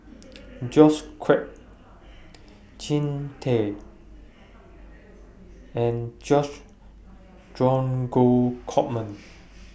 George Quek Jean Tay and George Dromgold Coleman